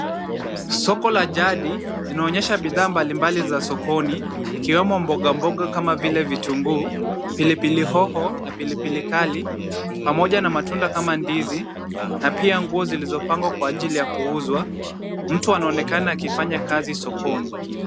Soko la jadi linaonyesha bidhaa mbalimbali za sokoni zikiwemo mbogamboga kama vile vitunguu, pilipili hoho na pilipili kali pamoja na matunda kama ndizi na pia nguo zilizopangwa kuzwa. Mtu anaonekana akifanya kazi sokoni.